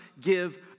give